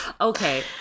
okay